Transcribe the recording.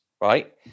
right